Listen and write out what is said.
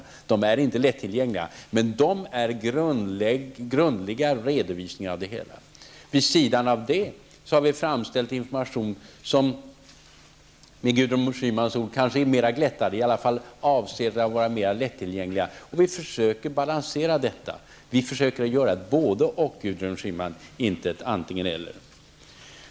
Böckerna är inte lättillgängliga, men de är grundliga. Vid sidan av detta har vi framställt information som för att använda Gudrun Schymans ord är mera glättad. Den är avsedd att vara mer lättillgänglig. Vi försöker balansera detta genom att göra både--och, inte antingen--eller.